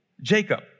Jacob